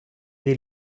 дві